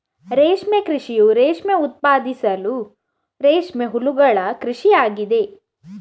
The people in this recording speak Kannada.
ರೇಷ್ಮೆ ಕೃಷಿಯು ರೇಷ್ಮೆ ಉತ್ಪಾದಿಸಲು ರೇಷ್ಮೆ ಹುಳುಗಳ ಕೃಷಿ ಆಗಿದೆ